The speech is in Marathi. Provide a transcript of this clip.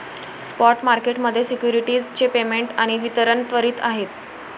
स्पॉट मार्केट मध्ये सिक्युरिटीज चे पेमेंट आणि वितरण त्वरित आहे